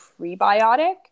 prebiotic